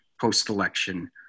post-election